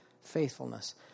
faithfulness